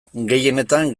gehienetan